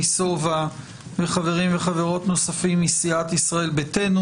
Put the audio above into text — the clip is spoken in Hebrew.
סובה וחברים וחברות נוספים מסיעת ישראל ביתנו.